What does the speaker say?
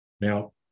Now